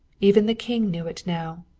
even the king knew it now,